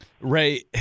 Ray